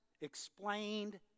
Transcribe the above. explained